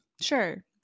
Sure